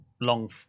long